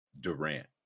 Durant